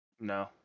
No